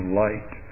light